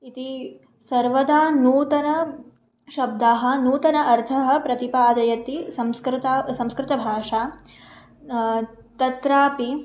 इति सर्वदा नूतनाः शब्दाः नूतनः अर्थः प्रतिपादयति संस्कृत संस्कृतभाषा तत्रापि